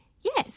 Yes